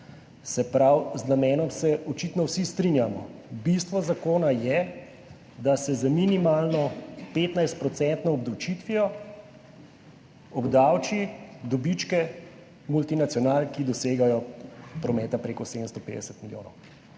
Se pravi, z namenom se očitno vsi strinjamo. Bistvo zakona je, da se z minimalno 15 % obdavčitvijo obdavči dobičke multinacionalk, ki dosegajo prometa preko 750 milijonov.